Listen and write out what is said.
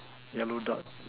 yellow dot